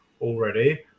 already